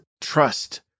trust